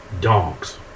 dogs